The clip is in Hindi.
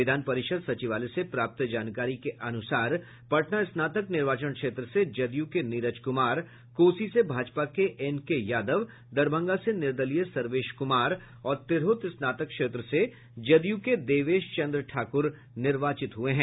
विधान परिषद सचिवालय से प्राप्त जानकारी के अनुसार पटना स्नातक निर्वाचन क्षेत्र से जदयू के नीरज कुमार कोसी से भाजपा के एन के यादव दरभंगा से निर्दलीय सर्वेश कुमार और तिरहुत स्नातक क्षेत्र से जदयू के देवेश चन्द्र ठाकुर निर्वाचित हुये हैं